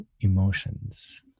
emotions